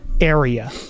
area